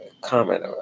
comment